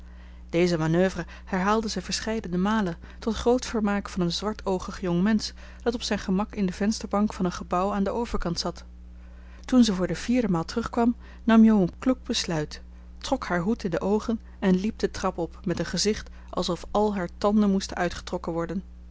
deze manoeuvre herhaalde zij verscheiden malen tot groot vermaak van een zwartoogig jongmensch dat op zijn gemak in de vensterbank van een gebouw aan den overkant zat toen zij voor de vierde maal terugkwam nam jo een kloek besluit trok haar hoed in de oogen en liep de trap op met een gezicht alsof al haar tanden moesten uitgetrokken worden